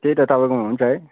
त्यही त तपाईँकोमा हुन्छ है